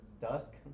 dusk